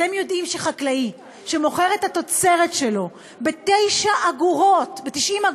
אתם יודעים שחקלאי שמוכר את התוצרת שלו ב-90 אגורות,